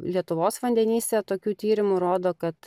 lietuvos vandenyse tokių tyrimų rodo kad